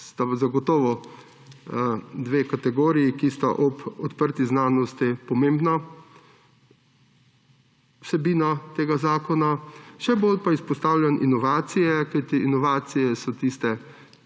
zagotovo dve kategoriji, ki sta ob odprti znanosti pomembna vsebina tega zakona. Še bolj pa izpostavljam inovacije, kajti inovacije so tiste,